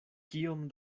kiom